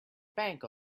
bank